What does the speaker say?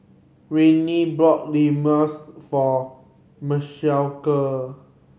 Rayne Imoni for Michaela